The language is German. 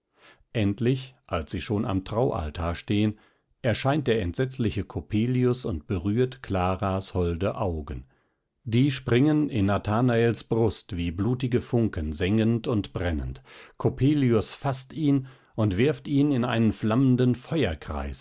endlich als sie schon am traualtar stehen erscheint der entsetzliche coppelius und berührt claras holde augen die springen in nathanaels brust wie blutige funken sengend und brennend coppelius faßt ihn und wirft ihn in einen flammenden